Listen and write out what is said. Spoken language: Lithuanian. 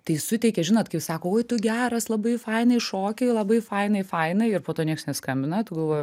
tai suteikė žinot kaip sako oi tu geras labai fainai šoki labai fainai fainai ir po to nieks neskambina tu galvoji